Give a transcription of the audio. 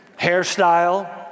hairstyle